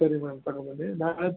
ಸರಿ ಮೇಡಮ್ ತಗೊಬನ್ನಿ ನಾನು